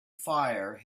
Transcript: fire